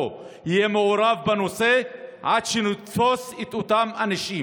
יהיו מעורבים בנושא עד שנתפוס את אותם אנשים.